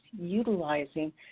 utilizing